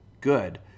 good